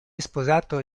sposato